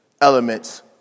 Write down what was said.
elements